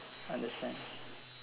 understand